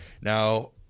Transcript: Now